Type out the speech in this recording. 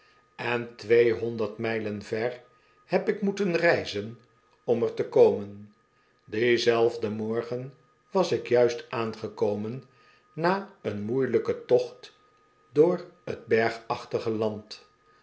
en tweehonderd mijlen ver heb ik moeten reizen om er te komen dienzelfden morgen was ik juist aangekomen na een moeielijken tocht door t bergachtige land